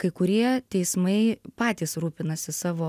kai kurie teismai patys rūpinasi savo